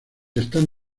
están